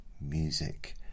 Music